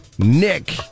Nick